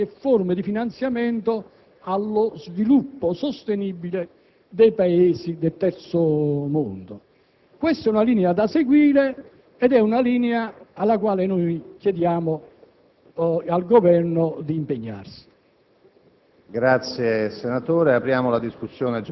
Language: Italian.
tutti sistemi che permettevano anche forme di finanziamento allo sviluppo sostenibile dei Paesi del Terzo mondo. Questa è una linea da seguire ed è una linea sulla quale noi chiediamo al Governo di impegnarsi.